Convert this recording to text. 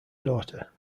daughter